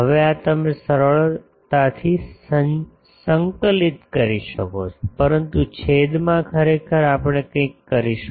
હવે આ તમે સરળતાથી સંકલિત કરી શકો છો પરંતુ છેદમાં ખરેખર આપણે કંઈક કરીશું